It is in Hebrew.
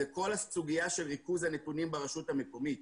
זה כול הסוגיה של ריכוז הנתונים ברשות המקומית.